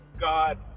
God